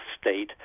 state